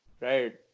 right